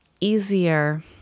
easier